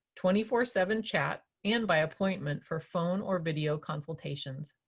twenty four seven chat, and by appointment for phone or video consultations.